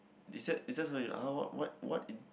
is that is that what you are what what in